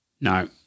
No